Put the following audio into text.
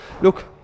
look